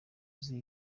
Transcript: uzi